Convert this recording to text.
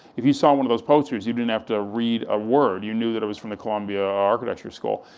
if you saw one of those posters, you didn't have to read a word, you knew that it was from the columbia architecture school.